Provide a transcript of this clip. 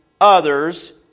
others